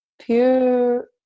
pure